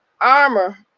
armor